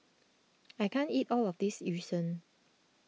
I can't eat all of this Yu Sheng